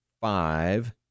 five